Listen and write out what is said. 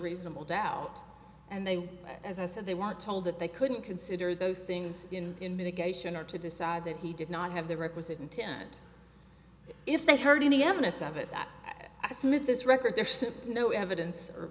reasonable doubt and they as i said they want told that they couldn't consider those things in mitigation or to decide that he did not have the requisite intent if they heard any evidence of it that i submit this record there's simply no evidence or